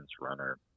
runner